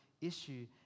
issue